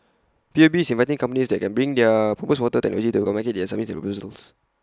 P U B is inviting companies that can bring their proposed water technology to market to submit their proposals